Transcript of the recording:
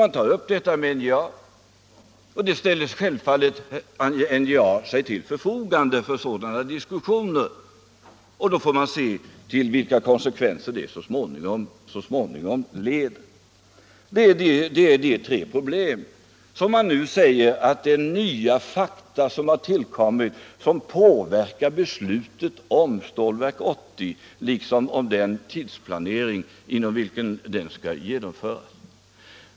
NJA ställer sig självfallet till förfogande för sådana diskussioner, och vi får sedan se vilka konsekvenser det så småningom leder till. Detta är de tre problem man avser när man talar om att nya fakta tillkommit som påverkar beslutet om Stålverk 80 liksom beslutet om den tidsperiod inom vilken det skall genomföras.